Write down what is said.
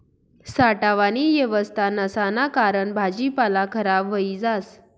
साठावानी येवस्था नसाना कारण भाजीपाला खराब व्हयी जास